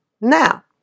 Now